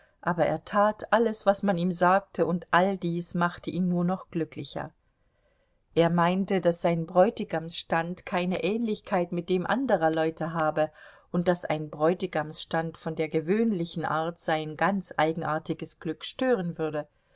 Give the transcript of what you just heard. aber er tat alles was man ihm sagte und all dies machte ihn nur noch glücklicher er meinte daß sein bräutigamsstand keine ähnlichkeit mit dem anderer leute habe und daß ein bräutigamsstand von der gewöhnlichen art sein ganz eigenartiges glück stören würde